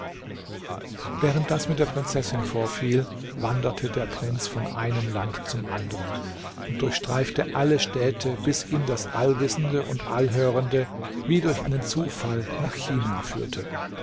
während das mit der prinzessin vorfiel wanderte der prinz von einem land zum andern und durchstreifte alle städte bis ihn das allwissende und allhörende wie durch einen zufall nach china führte